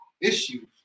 issues